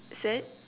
sad